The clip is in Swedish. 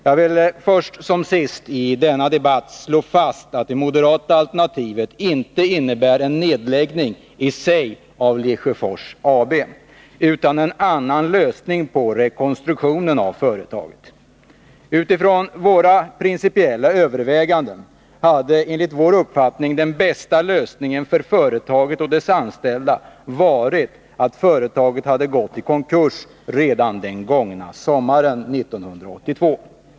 Jag vill först som sist i denna debatt slå fast att det moderata alternativet inte innebär en nedläggning i sig av Lesjöfors AB, utan en annan lösning på rekonstruktionen av företaget. Utifrån våra principiella överväganden hade enligt vår uppfattning den bästa lösningen för företaget och dess anställda varit att det hade gått i konkurs redan den gångna sommaren 1982.